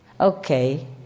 Okay